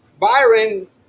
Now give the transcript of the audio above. Byron